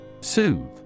Soothe